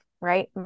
right